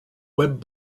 web